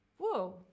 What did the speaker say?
Whoa